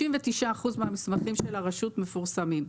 99% מהמסמכים של הרשות מפורסמים.